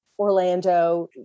Orlando